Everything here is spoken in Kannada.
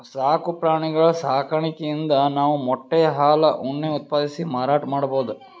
ಸಾಕು ಪ್ರಾಣಿಗಳ್ ಸಾಕಾಣಿಕೆಯಿಂದ್ ನಾವ್ ಮೊಟ್ಟೆ ಹಾಲ್ ಉಣ್ಣೆ ಉತ್ಪಾದಿಸಿ ಮಾರಾಟ್ ಮಾಡ್ಬಹುದ್